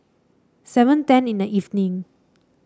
seven ten in the evening